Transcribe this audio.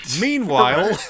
Meanwhile